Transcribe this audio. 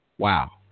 Wow